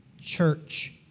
church